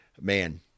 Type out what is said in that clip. man